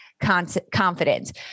confidence